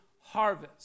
harvest